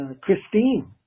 Christine